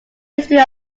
history